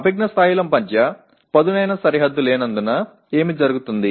అభిజ్ఞా స్థాయిల మధ్య పదునైన సరిహద్దు లేనందున ఏమి జరుగుతుంది